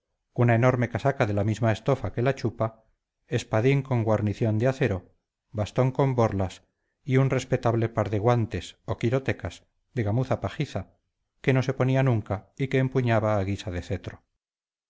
una enorme casaca de la misma estofa que la chupa espadín con guarnición de acero bastón con borlas y un respetable par de guantes o quirotecas de gamuza pajiza que no se ponía nunca y que empuñaba a guisa de cetro